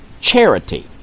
charity